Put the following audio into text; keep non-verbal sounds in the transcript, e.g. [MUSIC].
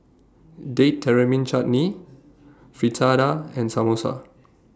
Date [UNINTELLIGIBLE] Chutney Fritada and Samosa